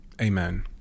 Amen